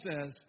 says